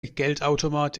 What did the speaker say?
geldautomat